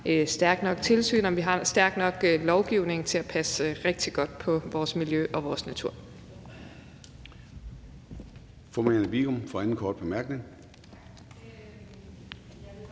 stærkt nok tilsyn, og om vi har en stærk nok lovgivning til at passe rigtig godt på vores miljø og vores natur.